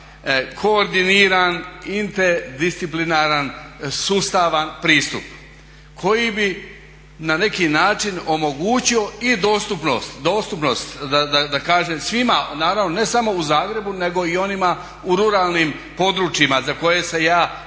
koordiniran interdisciplinaran sustavan pristup koji bi na neki način omogućio i dostupnost, da kažem svima, naravno ne samo u Zagrebu nego i onima u ruralnim područjima za koje se ja